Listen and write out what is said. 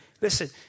Listen